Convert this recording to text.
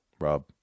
Rob